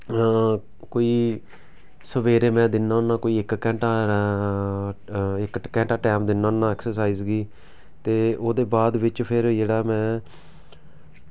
कोई सवेरे में दिन्ना होन्ना कोई इक घैंटा इक घैंटा टैम दिन्ना होन्ना एक्सरसाईज गी ते ओह्दे बाद बिच फिर जेह्ड़ा में